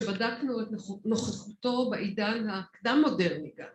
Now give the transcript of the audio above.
‫שבדקנו את נוכחותו ‫בעידן הקדם-מודרני גם.